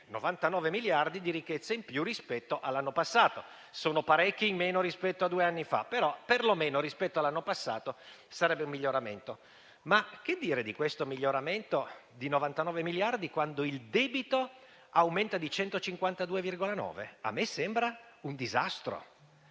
99 miliardi di ricchezza in più rispetto all'anno passato. Sono parecchi in meno rispetto a due anni fa, ma perlomeno rispetto all'anno passato sarebbe un miglioramento. Che dire, però, di questo miglioramento di 99 miliardi quando il debito aumenta di 152,9 miliardi? A me sembra un disastro.